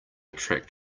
attract